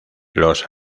los